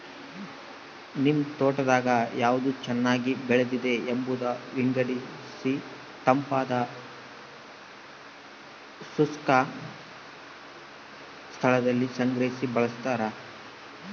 ನಿಮ್ ತೋಟದಾಗ ಯಾವ್ದು ಚೆನ್ನಾಗಿ ಬೆಳೆದಿದೆ ಎಂಬುದ ವಿಂಗಡಿಸಿತಂಪಾದ ಶುಷ್ಕ ಸ್ಥಳದಲ್ಲಿ ಸಂಗ್ರಹಿ ಬಳಸ್ತಾರ